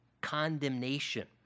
condemnation